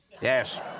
Yes